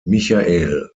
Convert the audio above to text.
michael